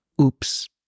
Oops